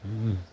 आङो